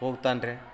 ಹೋಗ್ತಾನೆ ರೀ